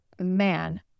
Man